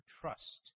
trust